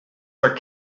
are